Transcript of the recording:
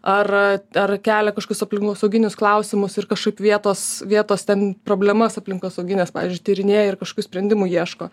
ar ar kelia kažkokius aplinkosauginius klausimus ir kažkaip vietos vietos ten problemas aplinkosaugines pavyzdžiui tyrinėja ir kažkokių sprendimų ieško